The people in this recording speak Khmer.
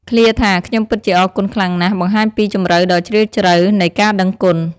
ឃ្លាថា ខ្ញុំពិតជាអរគុណខ្លាំងណាស់ បង្ហាញពីជម្រៅដ៏ជ្រាលជ្រៅនៃការដឹងគុណ។